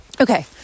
okay